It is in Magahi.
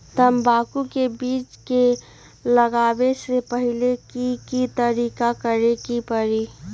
तंबाकू के बीज के लगाबे से पहिले के की तैयारी करे के परी?